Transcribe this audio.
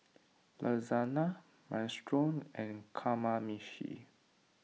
Lasagna Minestrone and Kamameshi